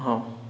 ହଁ